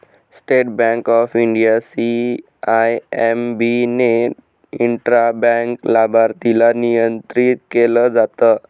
state Bank of India, CIMB ने intra bank लाभार्थीला नियंत्रित केलं जात